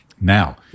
now